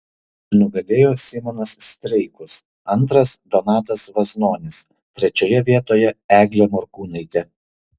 nugalėjo simonas streikus antras donatas vaznonis trečiojoje vietoje eglė morkūnaitė